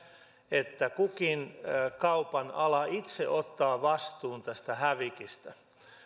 että kukin kaupan ala itse ottaa vastuun tästä hävikistä